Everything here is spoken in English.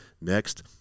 Next